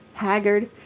haggard,